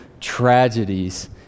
tragedies